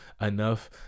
enough